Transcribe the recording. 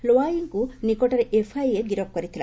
ଲୱାଇଙ୍କୁ ନିକଟରେ ଏଫ୍ଆଇଏ ଗିରଫ କରିଥିଲା